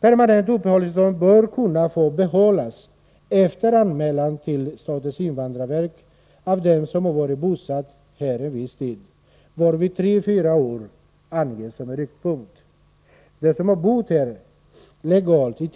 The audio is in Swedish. Permanent uppehållstillstånd bör kunna få behållas efter anmälan till statens invandrarverk av den som varit bosatt här en viss tid, varvid tre till fyra år anges som en riktpunkt. Den som har bott här legalt i